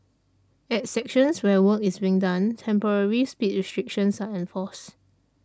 at sections where work is being done temporary speed restrictions are enforced